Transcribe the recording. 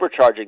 supercharging